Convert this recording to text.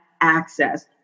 access